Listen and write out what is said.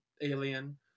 alien